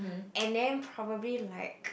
and then probably like